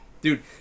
Dude